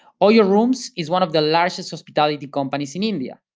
oyo rooms is one of the largest hospitality companies in india.